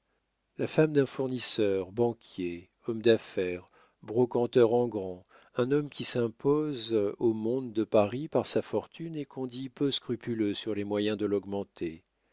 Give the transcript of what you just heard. la femme d'un fournisseur banquier homme d'affaires brocanteur en grand un homme qui s'impose au monde de paris par sa fortune et qu'on dit peu scrupuleux sur les moyens de l'augmenter